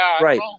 right